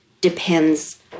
depends